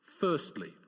Firstly